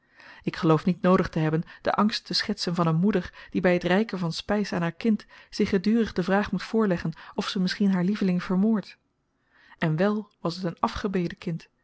ik geloof niet noodig te hebben den angst te schetsen van een moeder die by t reiken van spys aan haar kind zich gedurig de vraag moet voorleggen of ze misschien haar lieveling vermoordt en wèl was het een afgebeden kind